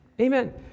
Amen